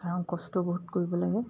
কাৰণ কষ্ট বহুত কৰিব লাগে